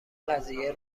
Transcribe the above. قضیه